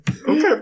Okay